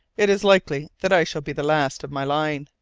it is likely that i shall be the last of my line.